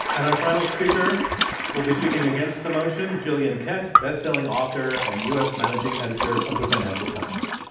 and our final speaker will be speaking against the motion, gillian tett, bestselling author and u. s. managing editor of the financial times.